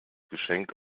geschenk